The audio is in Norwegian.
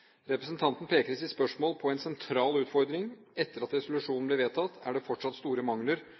Representanten peker i sitt spørsmål på en sentral utfordring: Etter at resolusjonen ble vedtatt, er det fortsatt store mangler